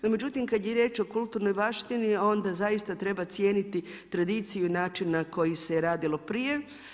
No međutim, kada je riječ o kulturnoj baštini onda zaista treba cijeniti tradiciju i način na koji se radilo prije.